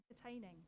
entertaining